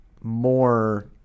more